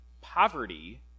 poverty